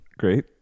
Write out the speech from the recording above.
great